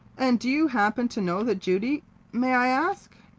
and do you happen to know the judy may i ask?